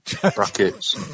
brackets